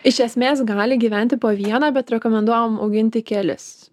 iš esmės gali gyventi po vieną bet rekomenduojam auginti kelis